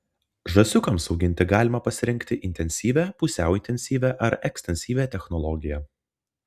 žąsiukams auginti galima pasirinkti intensyvią pusiau intensyvią ar ekstensyvią technologiją